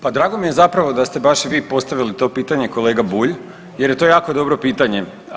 Pa drago mi je zapravo da ste baš vi postavili to pitanje kolega Bulj jer je to jako dobro pitanje.